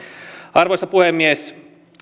arvoisa puhemies